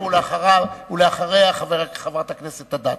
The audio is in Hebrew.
אחריה, חברת הכנסת אדטו.